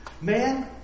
man